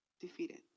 Defeated